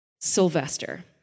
Sylvester